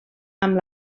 amb